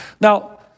Now